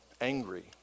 angry